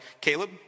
Caleb